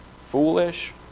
foolish